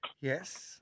Yes